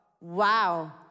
Wow